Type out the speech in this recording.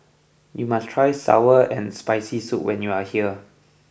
you must try Sour and Spicy Soup when you are here